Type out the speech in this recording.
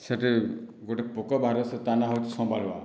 ସେ'ଠି ଗୋଟେ ପୋକ ବାହାରେ ସେ ତା' ନାଁ ହେଉଛି ସଁବାଳୁଆ